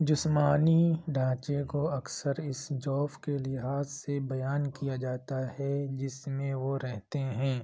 جسمانی ڈھانچے کو اکثر اس جوف کے لحاظ سے بیان کیا جاتا ہے جس میں وہ رہتے ہیں